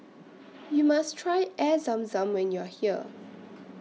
YOU must Try Air Zam Zam when YOU Are here